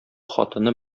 хатыны